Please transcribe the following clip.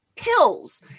pills